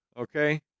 okay